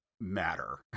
matter